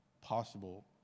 possible